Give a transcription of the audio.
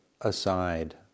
aside